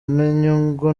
n’inyungu